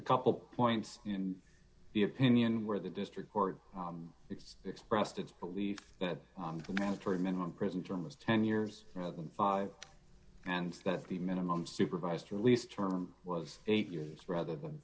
a couple points in the opinion where the district court it's expressed its belief that the mandatory minimum prison term was ten years rather than five and that the minimum supervised release term was eight years rather than